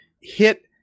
hit